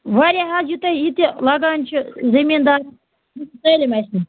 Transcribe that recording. واریاہ حظ یوٗتاہ ییٚتہِ لَگان چھُ زمیٖنٛدارَس سُہ چھُ سٲلِم اَسہِ نِش